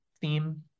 theme